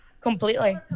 completely